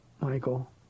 Michael